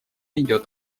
идет